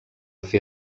fer